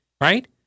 right